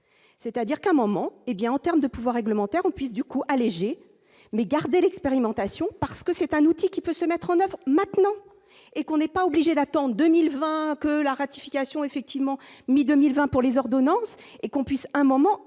c'est-à-dire qu'un moment hé bien en termes de pouvoir réglementaire, on puisse du coup allégée mais garder l'expérimentation parce que c'est un outil qui peut se mettre en avant maintenant et qu'on est pas obligé l'2020 que la ratification effectivement mi-2020 pour les ordonnances et qu'on puisse un moment évalués